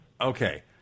Okay